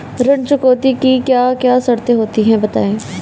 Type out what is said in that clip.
ऋण चुकौती की क्या क्या शर्तें होती हैं बताएँ?